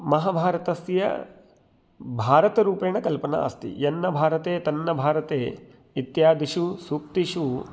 महाभारतस्य भारतरूपेण कल्पना अस्ति यन्न भारते तन्न भारते इत्यादिषु सूक्तिषु